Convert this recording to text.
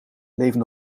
leven